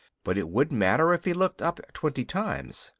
but it would matter if he looked up twenty times,